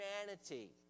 humanity